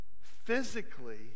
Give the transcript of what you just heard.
physically